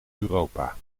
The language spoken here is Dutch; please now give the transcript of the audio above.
europa